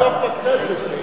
לנזוף בכנסת.